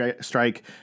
strike